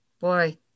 boy